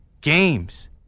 games